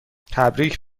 تبریک